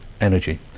energy